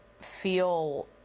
feel